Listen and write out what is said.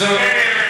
זה ממני אליך.